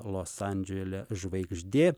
los andžele žvaigždė